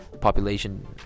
population